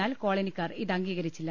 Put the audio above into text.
എന്നാൽ കോള നിക്കാർ ഇതംഗീകരിച്ചില്ല